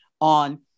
on